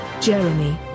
Jeremy